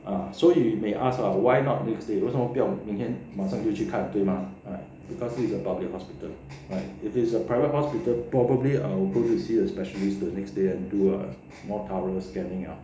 err so you may ask ah why not next day 为什么不要明天晚上就去看对吗 because it is a public hospital like if it's a private hospital probably I will go to see a specialist the next day and do a more thorough scanning up